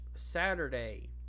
Saturday